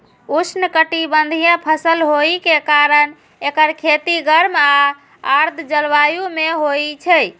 उष्णकटिबंधीय फसल होइ के कारण एकर खेती गर्म आ आर्द्र जलवायु मे होइ छै